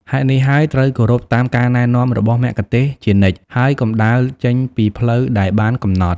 ហេតុនេះហើយ ត្រូវគោរពតាមការណែនាំរបស់មគ្គុទ្ទេសក៍ជានិច្ច ហើយកុំដើរចេញពីផ្លូវដែលបានកំណត់។